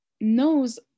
knows